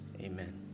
amen